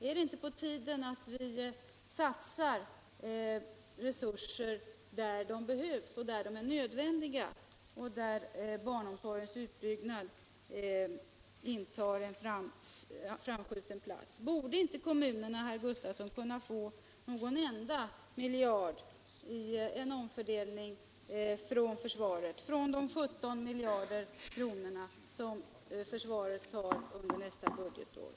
Är det inte på tiden att vi satsar resruser där de behövs och där de är nödvändiga — t.ex. på barnomsorgen som här intar en framskjuten plats? Borde inte kommunerna, herr Gustavsson, kunna få någon enda miljard genom en omfördelning av resurserna från de 17 miljarder kronor som försvaret fått för nästa budgetår?